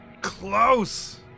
close